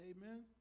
amen